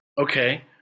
Okay